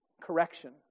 correction